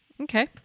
Okay